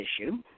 issue